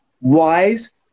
wise